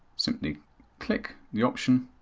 simply click the option